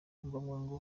ngombwa